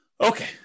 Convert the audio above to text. Okay